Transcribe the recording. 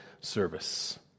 service